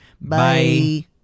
Bye